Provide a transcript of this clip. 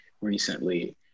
recently